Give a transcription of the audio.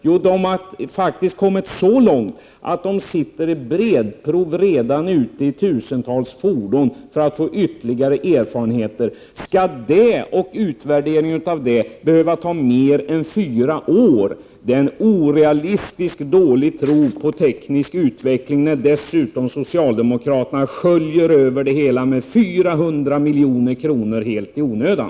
Jo, de har faktiskt kommit så långt att de redan sitter i breda prov ute i tusentals fordon för att man skall få ytterligare erfarenheter. Skall det och utvärderingen av det behöva ta mer än fyra år? Det är en orealistiskt dålig tro på teknisk utveckling när socialdemokraterna sköljer 400 milj.kr. över detta helt i onödan.